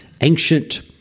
ancient